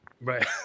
Right